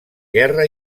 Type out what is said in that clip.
guerra